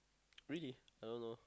raelly I don't know